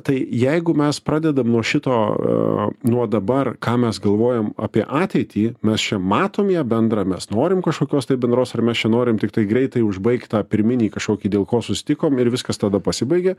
tai jeigu mes pradedam nuo šito nuo dabar ką mes galvojam apie ateitį mes čia matom ją bendrą mes norim kažkokios tai bendros ar mes čia norim tiktai greitai užbaigt tą pirminį kažkokį dėl ko susitikom ir viskas tada pasibaigia